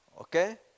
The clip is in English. Okay